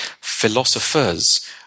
Philosophers